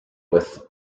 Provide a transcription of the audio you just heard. with